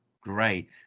Great